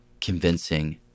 convincing